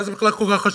מה זה בכלל כל כך חשוב?